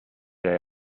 day